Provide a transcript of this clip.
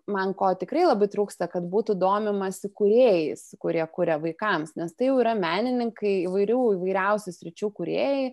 man ko tikrai labai trūksta kad būtų domimasi kūrėjais kurie kuria vaikams nes tai jau yra menininkai įvairių įvairiausių sričių kūrėjai